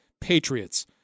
Patriots